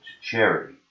charity